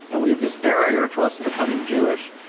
and we have this barrier to us becoming jewish,